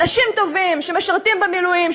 אנשים טובים שמשרתים במילואים,